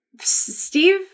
Steve